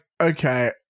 Okay